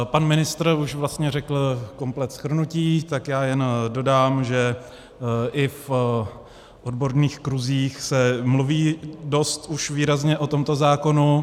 Pan ministr už vlastně řekl komplet shrnutí, tak já jen dodám, že i v odborných kruzích se mluví dost už výrazně o tomto zákonu.